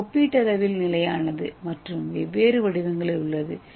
இது ஒப்பீட்டளவில் நிலையானது மற்றும் வெவ்வேறு வடிவங்களில் உள்ளது